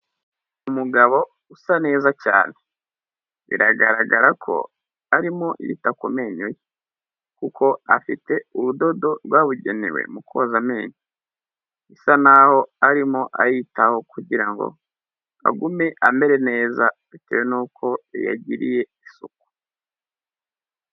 Umugabo usa neza cyane, biragaragara ko arimo yita ku menyo ye kuko afite urudodo rwabugenewe mu koza amenyo. Bisa n'aho arimo ayitaho kugira ngo agume amere neza bitewe nuko uyagiriye isuku.